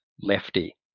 Lefty